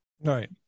Right